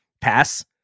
pass